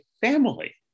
family